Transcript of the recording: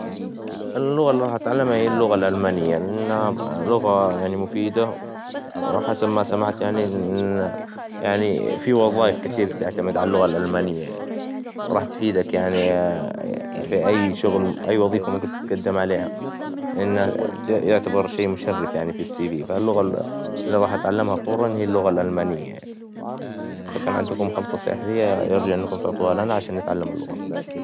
اللغة إللي راح اتعلمها, هيا اللغة الألمانية, لأنه هي لغة يعني مفيدة, وحسب ما سمعت يعني, إن يعني إن في وظايف كثير تعتمد عاللغة الألمانية, وراح تفيدك يعني, في أي شغل وأي وظيفة ممكن تتقدم عليها, لأنه ي- يعتبر شي مشرف يعني في السي في, فاللغة إللي راح اتعلمها فوراً هي اللغة الألمانيا, وإذا كان عندكم خلطة سحرية, يرجى انهم تعطوها لنا, عشان نتعلم اللغة.